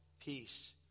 peace